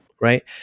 Right